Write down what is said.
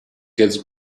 gets